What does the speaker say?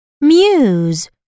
muse